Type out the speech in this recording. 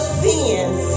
sins